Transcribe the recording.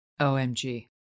OMG